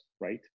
right